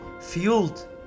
Fueled